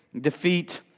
defeat